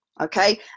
okay